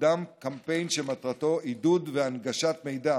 קודם קמפיין שמטרתו עידוד והנגשת מידע